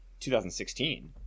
2016